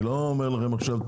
אני לא אומר לכם עכשיו,